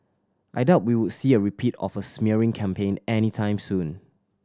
I doubt we would see a repeat of a smearing campaign any time soon